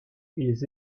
ils